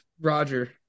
roger